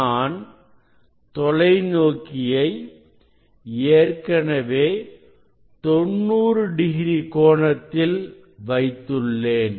நான் தொலைநோக்கியை ஏற்கனவே 90 டிகிரி கோணத்தில் வைத்துள்ளேன்